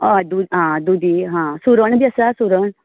होय हां आं तुमचे न्ही आं सुरण बी आसा सुरण